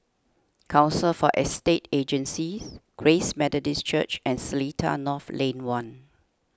Council for Estate Agencies Grace Methodist Church and Seletar North Lane one